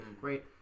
Great